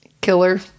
Killer